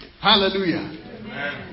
Hallelujah